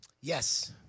Yes